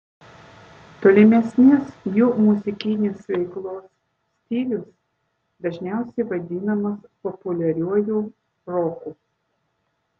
tolimesnės jų muzikinės veiklos stilius dažniausiai vadinamas populiariuoju roku